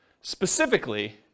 specifically